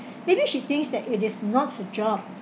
maybe she thinks that it is not her job